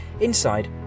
inside